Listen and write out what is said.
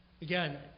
Again